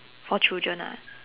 for children ah